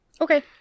Okay